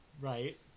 Right